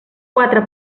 quatre